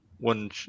one